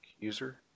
user